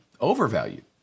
overvalued